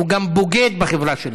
הוא גם בוגד בחברה שלו.